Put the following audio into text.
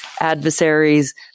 adversaries